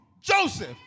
Joseph